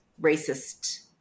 racist